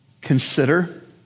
consider